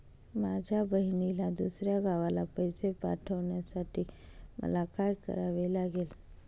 माझ्या बहिणीला दुसऱ्या गावाला पैसे पाठवण्यासाठी मला काय करावे लागेल?